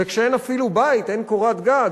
וכשאין אפילו בית, אין קורת גג,